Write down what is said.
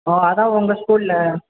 ஆ அதான் உங்கள் ஸ்கூலில்